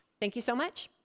thank you so much.